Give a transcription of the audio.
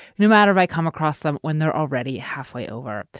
no matter i come across them when they're already halfway over.